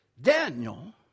Daniel